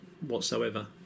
whatsoever